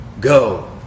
Go